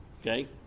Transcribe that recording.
okay